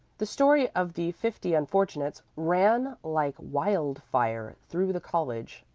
the story of the fifty unfortunates ran like wild-fire through the college,